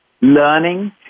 learning